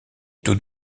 taux